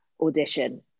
audition